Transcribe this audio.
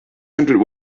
hundred